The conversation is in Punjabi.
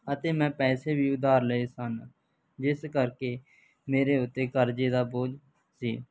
ਅਤੇ ਮੈਂ ਪੈਸੇ ਵੀ ਉਧਾਰ ਲਏ ਸਨ ਜਿਸ ਕਰਕੇ ਮੇਰੇ ਉੱਤੇ ਕਰਜ਼ੇ ਦਾ ਬੋਝ ਸੀ